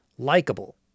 likable